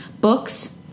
Books